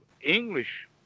English